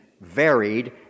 varied